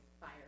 fire